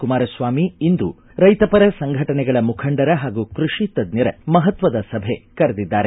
ಕುಮಾರಸ್ವಾಮಿ ಇಂದು ರೈತಪರ ಸಂಘಟನೆಗಳ ಮುಖಂಡರ ಹಾಗೂ ಕೃಷಿ ತಜ್ಞರ ಮಹತ್ವದ ಸಭೆ ಕರೆದಿದ್ದಾರೆ